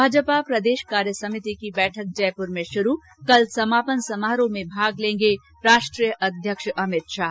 भाजपा प्रदेश कार्य समिति की बैठक जयप्र में शुरू कल समापन समारोह में भाग लेने आएंगे राष्ट्रीय अध्यक्ष अमित शाह